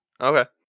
Okay